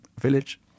village